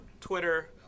Twitter